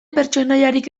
pertsonaiarik